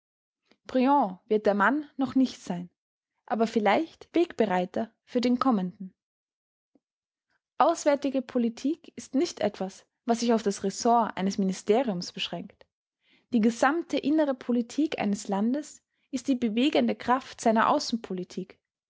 wird der mann noch nicht sein aber vielleicht wegbereiter für den kommenden auswärtige politik ist nicht etwas was sich auf das ressort eines ministeriums beschränkt die gesamte innere politik eines landes ist die bewegende kraft seiner außenpolitik